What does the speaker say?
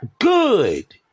good